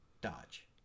dodge